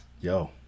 yo